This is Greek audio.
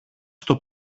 στο